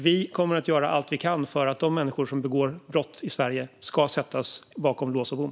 Vi kommer att göra allt vi kan för att de människor som begår brott i Sverige ska sättas bakom lås och bom.